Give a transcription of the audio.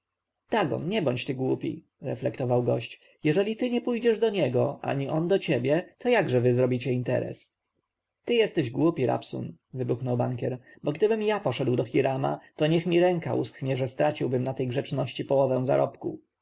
dagon nie bądź ty głupi reflektował gość jeżeli ty nie pójdziesz do niego ani on do ciebie to jakże wy zrobicie interes ty jesteś głupi rabsun znowu wybuchnął bankier bo gdybym ja poszedł do hirama to niech mi ręka uschnie że straciłbym na tej grzeczności połowę zarobku